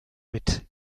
mit